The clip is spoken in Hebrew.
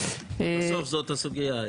בסוף זו הסוגיה.